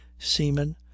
seamen